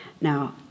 Now